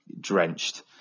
drenched